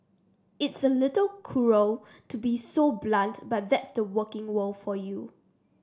it's a little cruel to be so blunt but that's the working world for you